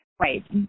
Right